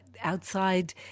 outside